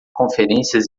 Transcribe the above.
conferências